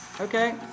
Okay